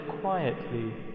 quietly